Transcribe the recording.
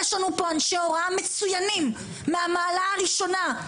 יש לנו פה אנשי הוראה מצוינים מן המעלה הראשונה,